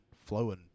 flowing